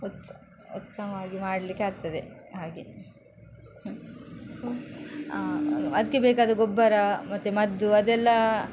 ಉತ್ ಉತ್ತಮವಾಗಿ ಮಾಡಲಿಕ್ಕೆ ಆಗ್ತದೆ ಹಾಗೇ ಹ್ಞೂ ಅದಕ್ಕೆ ಬೇಕಾದ ಗೊಬ್ಬರ ಮತ್ತು ಮದ್ದು ಅದೆಲ್ಲ